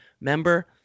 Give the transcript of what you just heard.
member